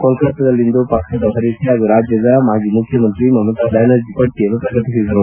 ಕೊಲ್ಲತ್ತಾದಲ್ಲಿಂದು ಪಕ್ಷದ ವರಿಷ್ಠೆ ಹಾಗೂ ರಾಜ್ಲದ ಮುಖ್ಯಮಂತ್ರಿ ಮಮತಾ ಬ್ಲಾನರ್ಜಿ ಪಟ್ಲಿಯನ್ನು ಪ್ರಕಟಿಸಿದರು